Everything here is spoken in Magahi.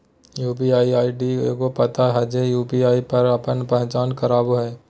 यू.पी.आई आई.डी एगो पता हइ जे यू.पी.आई पर आपन पहचान करावो हइ